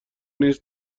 نیز